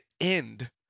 end